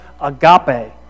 agape